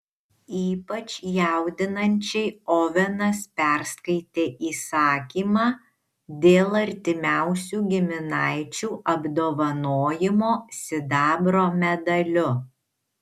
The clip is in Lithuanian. ypač jaudinančiai ovenas perskaitė įsakymą dėl artimiausių giminaičių apdovanojimo sidabro medaliu